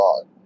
God